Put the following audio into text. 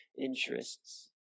interests